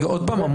עוד פעם.